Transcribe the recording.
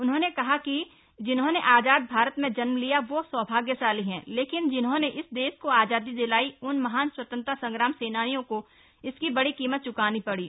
उन्होंने कहा कि उन्होंने कहा जिन्होंने आजाद भारत में जन्म लिया वो सौभाग्यशाली हैं लेकिन जिन्होंने इस देश को आजादी दिलाई उन महान स्वतंत्रता संग्राम सेनानियों को इसकी बड़ी कीमत चुकानी पड़ी